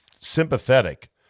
sympathetic